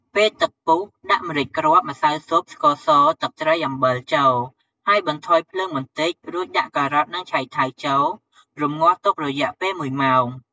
ពេលទឹកពុះដាក់ម្រេចគ្រាប់ ម្សៅស៊ុប ស្ករស ទឹកត្រី អំបិលចូលហើយបន្ថយភ្លើងបន្តិចរួចដាក់ ការ៉ុត និងឆៃថាវចូលរម្ងាស់ទុករយៈពេលមួយម៉ោង។